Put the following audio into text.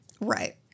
Right